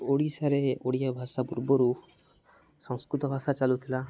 ଓଡ଼ିଶାରେ ଓଡ଼ିଆ ଭାଷା ପୂର୍ବରୁ ସଂସ୍କୃତ ଭାଷା ଚାଲୁଥିଲା